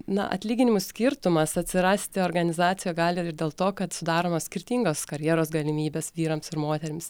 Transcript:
na atlyginimų skirtumas atsirasti organizacijoj gali ir dėl to kad sudaromos skirtingos karjeros galimybės vyrams ir moterims